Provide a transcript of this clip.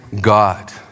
God